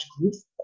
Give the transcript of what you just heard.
groups